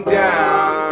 down